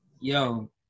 Yo